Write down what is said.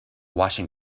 washing